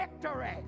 victory